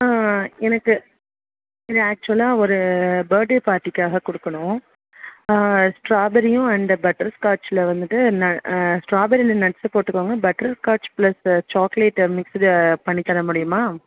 எனக்கு ஆக்சுவலாக ஒரு பர்டே பார்ட்டிக்காக கொடுக்கணும் ஸ்ட்ராபெரியும் அண்டு பட்டர் ஸ்காட்சில் வந்துவிட்டு நட் ஸ்ட்ராபெர்ரியில் நட்ஸ் போட்டுக்கோங்க butterscotch plus chocolate mixed பண்ணி தர முடியுமா